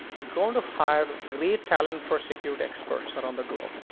is going to hire great talent for security experts around the globe.